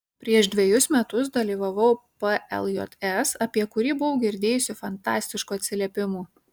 prieš dvejus metus dalyvavau pljs apie kurį buvau girdėjusi fantastiškų atsiliepimų